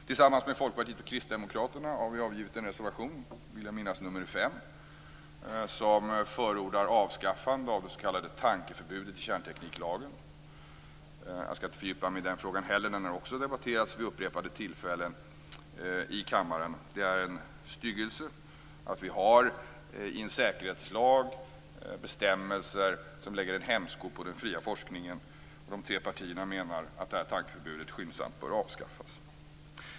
Tillsammans med Folkpartiet och Kristdemokraterna har vi avgivit reservation 5 i vilken vi förordar ett avskaffande av det s.k. tankeförbudet i kärntekniklagen. Jag skall inte fördjupa mig i den frågan heller. Den har också debatterats vid upprepade tillfällen i kammaren. Det är en styggelse att vi i en säkerhetslag har bestämmelser som lägger en hämsko på den fria forskningen. De tre partierna menar att detta tankeförbud skyndsamt bör avskaffas.